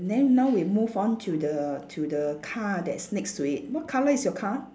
then now we move on to the to the car that's next to it what colour is your car